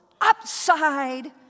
upside